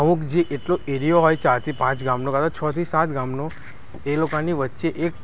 અમુક જે એટલો એરિયો હોય ચાર થી પાંચ ગામનો કાં તો છ થી સાત ગામનો એ લોકોની વચ્ચે એક